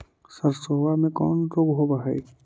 सरसोबा मे कौन रोग्बा होबय है?